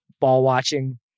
ball-watching